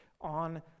on